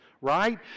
right